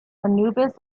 anubis